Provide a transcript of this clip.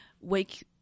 wake